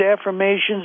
affirmations